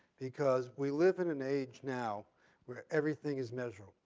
because we live in an age now where everything is measured.